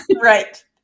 Right